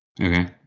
okay